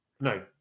No